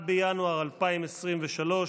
1 בינואר 2023,